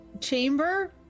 chamber